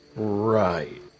Right